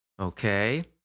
Okay